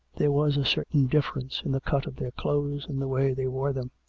there was a certain difference in the cut of their clothes and the way they wore them.